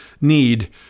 need